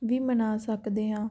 ਵੀ ਮਨਾ ਸਕਦੇ ਹਾਂ